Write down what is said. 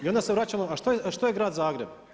I onda se vraćamo, a što je grad Zagreb?